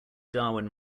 darwin